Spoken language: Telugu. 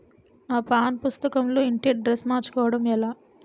నా పాస్ పుస్తకం లో ఇంటి అడ్రెస్స్ మార్చుకోవటం ఎలా?